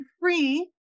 free